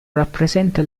rappresenta